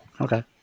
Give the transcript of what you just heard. Okay